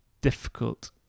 difficult